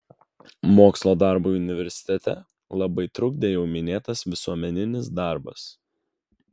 mokslo darbui universitete labai trukdė jau minėtas visuomeninis darbas